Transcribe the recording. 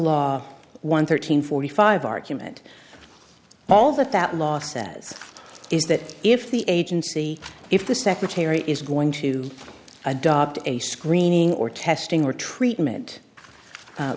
law one thirteen forty five argument all that that law says is that if the agency if the secretary is going to adopt a screening or testing or treatment